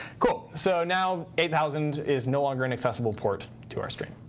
cool. so now eight thousand is no longer an accessible port to our stream.